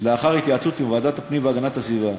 לאחר התייעצות עם ועדת הפנים והגנת הסביבה,